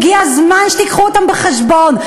הגיע הזמן שתביאו אותם בחשבון.